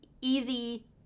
easy